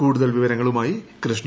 കൂടുതൽ വിവരങ്ങളുമായി കൃഷ്ണ